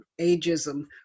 ageism